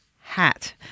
hat